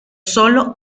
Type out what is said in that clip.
sólo